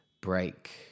break